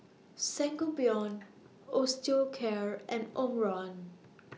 Sangobion Osteocare and Omron